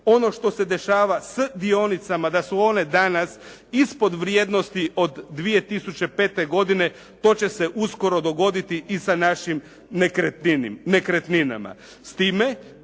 Ono što se dešava s dionicama da su one danas ispod vrijednosti od 2005. godine to će se uskoro dogoditi i sa našim nekretninama